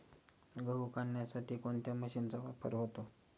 गहू काढण्यासाठी कोणत्या मशीनचा वापर होतो?